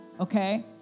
Okay